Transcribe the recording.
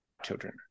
Children